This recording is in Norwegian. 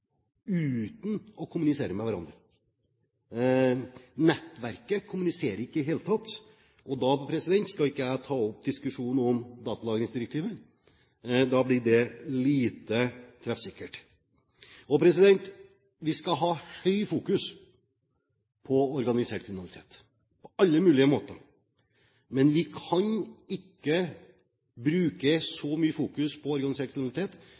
uten å kommunisere med hverandre – nettverket kommuniserer ikke i det hele tatt. Og da skal ikke jeg ta opp diskusjonen om datalagringsdirektivet, det blir lite treffsikkert. Vi skal på alle mulige måter ha mye fokus på organisert kriminalitet, men vi kan ikke ha så mye fokus på